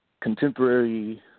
contemporary